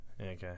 Okay